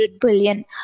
billion